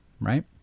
Right